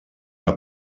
que